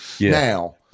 Now